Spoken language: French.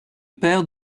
père